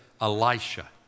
Elisha